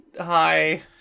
hi